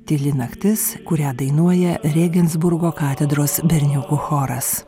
tyli naktis kurią dainuoja rėgensburgo katedros berniukų choras